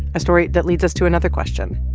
a story that leads us to another question.